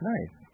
Nice